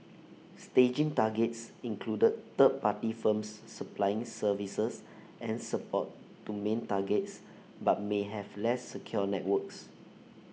staging targets included third party firms supplying services and support to main targets but may have less secure networks